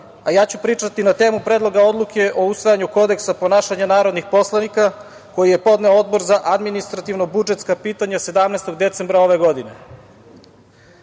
a ja ću pričati na temu Predloga odluke o usvajanju kodeksa ponašanja narodnih poslanika, koji je podneo Odbor za administrativno-budžetska pitanja 17. decembra ove